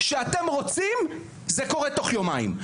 כשאתם רוצים זה קורה תוך יומיים.